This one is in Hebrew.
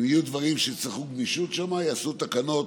ואם יהיו דברים שיצטרכו גמישות שם, יעשו תקנות.